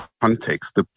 context